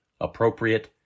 appropriate